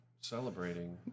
celebrating